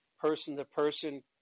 person-to-person